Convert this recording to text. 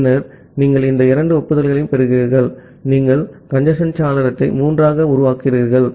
பின்னர் நீங்கள் இந்த இரண்டு ஒப்புதல்களையும் பெறுகிறீர்கள் நீங்கள் நீங்கள் கஞ்சேஸ்ன் சாளரத்தை 3 ஆக உருவாக்குகிறீர்களா